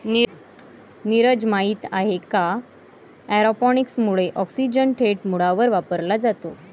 नीरज, माहित आहे का एरोपोनिक्स मुळे ऑक्सिजन थेट मुळांवर वापरला जातो